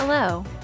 Hello